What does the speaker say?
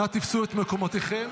אנא תפסו את מקומותיכם.